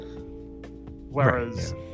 whereas